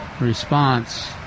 response